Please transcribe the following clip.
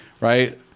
right